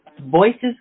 Voices